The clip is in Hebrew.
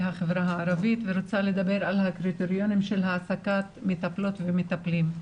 החברה הערבית ורוצה לדבר על הקריטריונים של העסקת מטפלות ומטפלים.